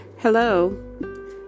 Hello